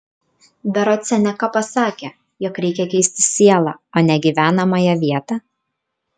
berods seneka pasakė jog reikia keisti sielą o ne gyvenamąją vietą